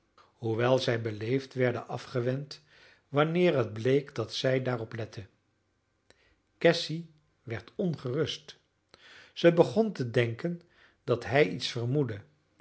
hoewel zij beleefd werden afgewend wanneer het bleek dat zij daarop lette cassy werd ongerust zij begon te denken dat hij iets vermoedde